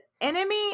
enemy